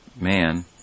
Man